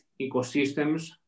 ecosystems